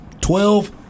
twelve